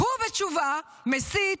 הוא בתשובה מסית,